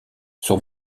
son